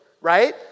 right